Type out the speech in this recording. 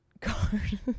card